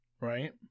Right